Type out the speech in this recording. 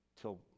till